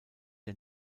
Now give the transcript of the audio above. der